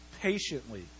patiently